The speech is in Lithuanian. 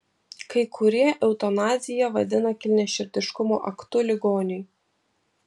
kai kurie eutanaziją vadina kilniaširdiškumo aktu ligoniui